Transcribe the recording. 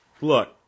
look